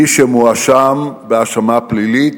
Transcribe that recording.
מי שמואשם בהאשמה פלילית,